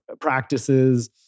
practices